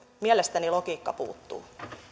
mielestäni logiikka puuttuu